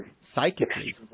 Psychically